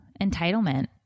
entitlement